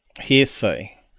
hearsay